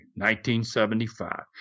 1975